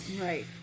right